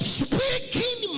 speaking